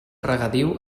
regadiu